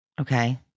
Okay